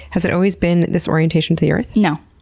has it always been this orientation to the earth? no.